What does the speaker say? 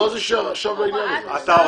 מה זה שייך עכשיו לעניין הזה.